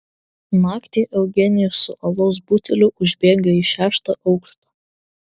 naktį eugenijus su alaus buteliu užbėga į šeštą aukštą